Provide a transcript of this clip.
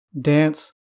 dance